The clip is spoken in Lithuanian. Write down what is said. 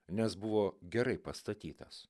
nes buvo gerai pastatytas